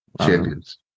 champions